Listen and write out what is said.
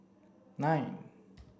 nine